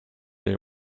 they